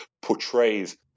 portrays